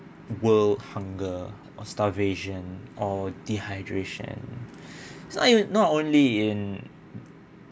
world hunger or starvation or dehydration so I not only in